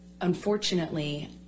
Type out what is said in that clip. Unfortunately